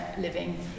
living